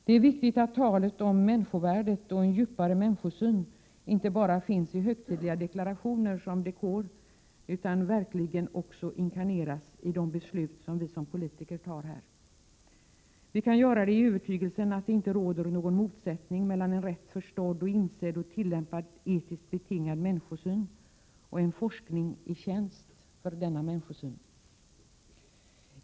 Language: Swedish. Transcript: Det är viktigt att talet om människovärdet och en djupare människosyn inte bara finns som dekor i högtidliga deklarationer utan verkligen också inkarneras i de beslut som vi som politiker här fattar. Vi kan göra det i övertygelsen att det inte råder någon motsättning mellan en rätt förstådd, insedd och tillämpad etiskt betingad människosyn och en forskning i tjänst för denna människosyn.